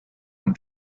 and